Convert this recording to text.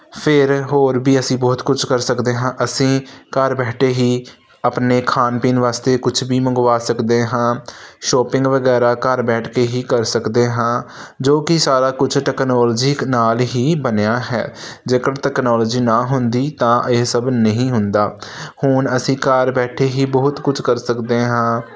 ਫਿਰ ਹੋਰ ਵੀ ਅਸੀਂ ਬਹੁਤ ਕੁਝ ਕਰ ਸਕਦੇ ਹਾਂ ਅਸੀਂ ਘਰ ਬੈਠੇ ਹੀ ਆਪਣੇ ਖਾਣ ਪੀਣ ਵਾਸਤੇ ਕੁਝ ਵੀ ਮੰਗਵਾ ਸਕਦੇ ਹਾਂ ਸ਼ੋਪਿੰਗ ਵਗੈਰਾ ਘਰ ਬੈਠ ਕੇ ਹੀ ਕਰ ਸਕਦੇ ਹਾਂ ਜੋ ਕਿ ਸਾਰਾ ਕੁਝ ਟੈਕਨੋਲਜੀ ਨਾਲ ਹੀ ਬਣਿਆ ਹੈ ਜੇਕਰ ਟੈਕਨੋਲੋਜੀ ਨਾ ਹੁੰਦੀ ਤਾਂ ਇਹ ਸਭ ਨਹੀਂ ਹੁੰਦਾ ਹੁਣ ਅਸੀਂ ਘਰ ਬੈਠੇ ਹੀ ਬਹੁਤ ਕੁਝ ਕਰ ਸਕਦੇ ਹਾਂ